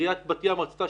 עיריית בת ים רצתה